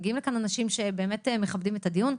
מגיעים לכאן אנשים שבאמת מכבדים את הדיון.